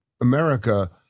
America